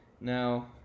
Now